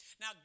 Now